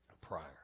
prior